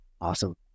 Awesome